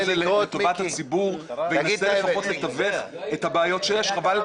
הזה לטובת הציבור וינסה לפחות לתווך את הבעיות שיש.